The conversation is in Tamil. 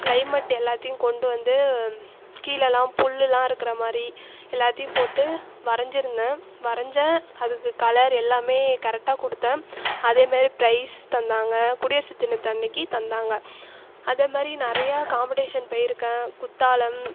கிளைமேட் எல்லாத்தையும் கொண்டு வந்து கீழேலாம் புல்லெலாம் இருக்கிற மாதிரி எல்லாத்தையும் போட்டு வரைஞ்சுருந்தேன் வரைஞ்சேன் அது கலர் எல்லாமே கரெக்ட்டாக கொடுத்தேன் அதே மாதிரி ப்ரைஸ் தந்தாங்க குடியரசு தினத்தன்னைக்கி தந்தாங்க அதே மாதிரி நிறைய காம்படீஷன் போயிருக்கேன் குற்றாலம்